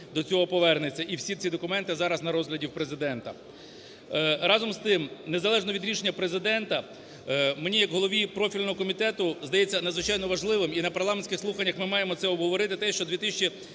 до цього повернеться. І всі ці документи зараз на розгляді у Президента. Разом з тим, незалежно від рішення Президента, мені як голові профільного комітету здається надзвичайно важливим, і на парламентських слуханнях ми маємо це обговорити те, що